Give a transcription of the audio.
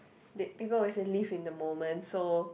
they people always say live in the moment so